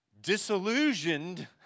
disillusioned